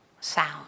sound